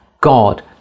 God